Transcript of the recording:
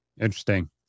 Interesting